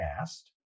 asked